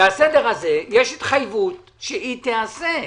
והסדר הזה, יש התחייבות שהוא ייעשה.